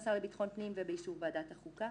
השר לביטחון פנים ובאישור ועדת החוקה.